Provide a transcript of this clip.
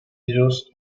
ellos